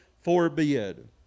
forbid